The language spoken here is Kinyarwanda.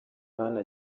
ahana